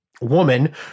woman